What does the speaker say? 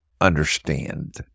understand